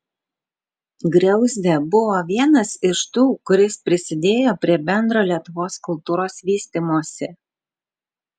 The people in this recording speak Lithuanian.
griauzdė buvo vienas iš tų kuris prisidėjo prie bendro lietuvos kultūros vystymosi